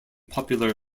popular